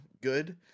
good